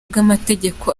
bw’amategeko